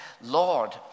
Lord